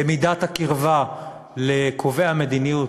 למידת הקרבה לקובעי המדיניות,